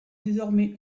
désormais